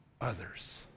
others